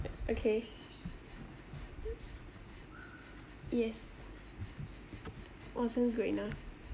uh okay yes it wasn't good enough